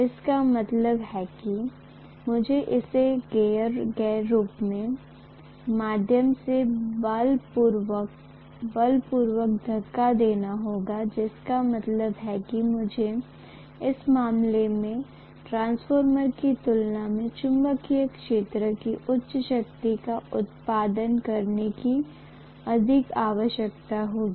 इसका मतलब है कि मुझे इसे एयर गैप के माध्यम से बलपूर्वक धक्का देना होगा जिसका मतलब है कि मुझे इस मामले में ट्रांसफॉर्मर की तुलना में चुंबकीय क्षेत्र की उच्च शक्ति का उत्पादन करने की अधिक आवश्यकता होगी